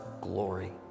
glory